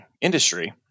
industry